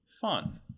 fun